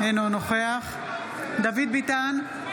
אינו נוכח דוד ביטן,